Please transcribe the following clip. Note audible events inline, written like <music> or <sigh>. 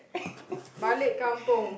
<laughs>